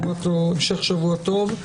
המשך שבוע טוב.